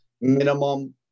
minimum